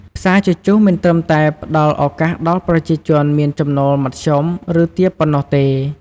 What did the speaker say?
ផ្សារជជុះមិនត្រឹមតែផ្ដល់ឱកាសដល់ប្រជាជនមានចំណូលមធ្យម ឬទាបប៉ុណ្ណោះទេ។